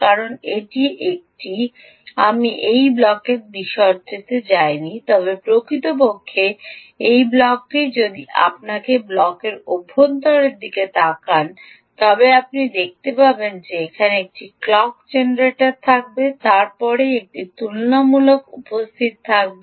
কারণ আমি এই ব্লকের বিশদটিতে যাইনি তবে প্রকৃতপক্ষে এই ব্লকটি যদি আপনি ব্লকের অভ্যন্তরের দিকে তাকান তবে আপনি দেখতে পাবেন যে এখানে একটি ক্লক জেনারেটর থাকবে তারপরে একটি তুলনা উপস্থিত থাকবে